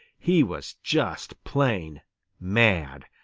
he was just plain mad,